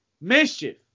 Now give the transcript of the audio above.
Mischief